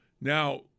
Now